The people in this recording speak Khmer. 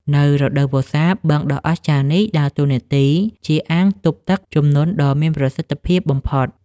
នៅរដូវវស្សា បឹងដ៏អស្ចារ្យនេះដើរតួនាទីជាអាងទប់ទឹកជំនន់ដ៏មានប្រសិទ្ធភាពបំផុត។